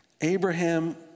Abraham